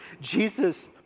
Jesus